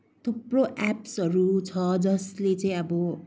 थुप्रो एप्सहरू छ जसले चाहिँ अब